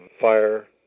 fire